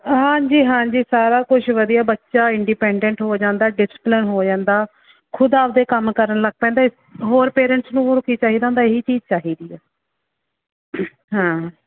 ਹਾਂਜੀ ਹਾਂਜੀ ਸਾਰਾ ਕੁਛ ਵਧੀਆ ਬੱਚਾ ਇੰਡਿਪੈਂਡੈਂਟ ਹੋ ਜਾਂਦਾ ਡਿਸਪਲਿਨ ਹੋ ਜਾਂਦਾ ਖੁਦ ਆਪਦੇ ਕੰਮ ਕਰਨ ਲੱਗ ਪੈਂਦਾ ਹੋਰ ਪੇਰੈਂਟਸ ਨੂੰ ਹੋਰ ਕੀ ਚਾਹੀਦਾ ਹੁੰਦਾ ਇਹੀ ਚੀਜ਼ ਚਾਹੀਦੀ ਹੈ ਹਾਂ